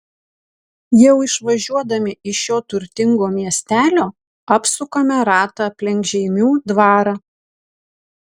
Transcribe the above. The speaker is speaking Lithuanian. jau išvažiuodami iš šio turtingo miestelio apsukame ratą aplink žeimių dvarą